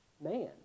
man